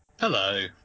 Hello